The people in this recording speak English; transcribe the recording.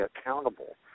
accountable